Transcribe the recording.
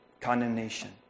condemnation